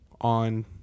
on